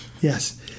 yes